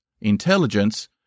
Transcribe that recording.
intelligence